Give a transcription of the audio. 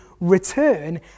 return